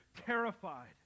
terrified